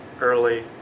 early